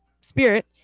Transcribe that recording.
spirit